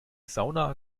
sauna